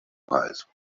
price